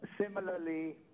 similarly